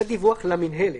זה דיווח למינהלת.